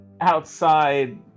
outside